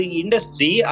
industry